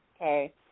Okay